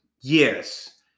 yes